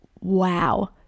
Wow